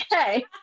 Okay